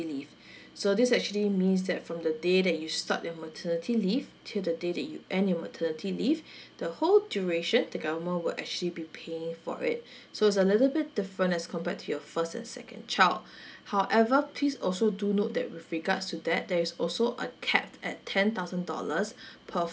leave so this actually means that from the day that you start your maternity leave till the day that you end your maternity leave the whole duration the government will actually be paying for it so it's a little bit different as compared to your first and second child however please also do note that with regards to that there is also a cap at ten thousand dollars per